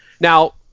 Now